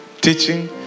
teaching